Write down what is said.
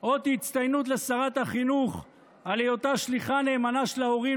אות הצטיינות לשרת החינוך על היותה שליחה נאמנה של ההורים